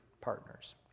partners